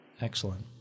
Excellent